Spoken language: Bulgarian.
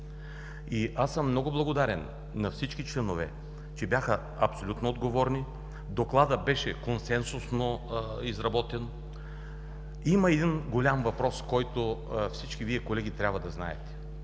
Много съм благодарен на всички членове, че бяха абсолютно отговорни. Докладът беше консенсусно изработен. Има един голям въпрос, който всички Вие, колеги, трябва да знаете.